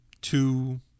two